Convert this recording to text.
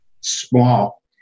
small